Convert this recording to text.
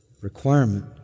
requirement